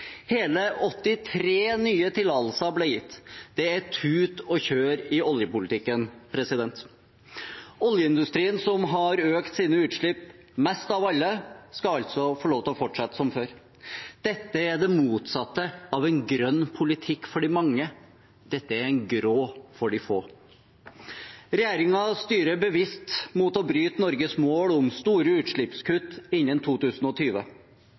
hele 83 nye tillatelser ble gitt. Det er tut og kjør i oljepolitikken. Oljeindustrien, som har økt sine utslipp mest av alle, skal altså få lov til å fortsette som før. Dette er det motsatte av en grønn politikk for de mange – dette er en grå for de få. Regjeringen styrer bevisst mot å bryte Norges mål om store utslippskutt innen 2020.